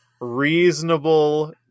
reasonable